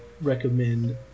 recommend